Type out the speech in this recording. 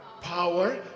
power